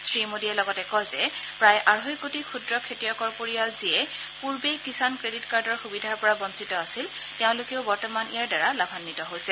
শ্ৰীমোডীয়ে লগতে কয় যে প্ৰায় আঢ়ৈ কোটি ক্ষুদ্ৰ খেতিয়কৰ পৰিয়াল যিয়ে পূৰ্বে কিষাণ ক্ৰেডিট কাৰ্ডৰ সুবিধাৰ পৰা বঞ্চিত আছিল তেওঁলোকেও বৰ্তমান ইয়াৰদাৰা লাভাগ্ৰিত হৈছে